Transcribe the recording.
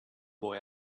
boy